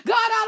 God